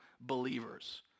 believers